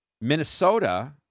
Minnesota